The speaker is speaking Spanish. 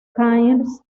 cairns